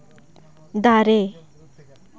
ᱫᱟᱨᱮ